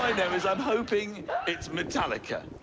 i know is i'm hoping it's metallica.